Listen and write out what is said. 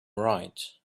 right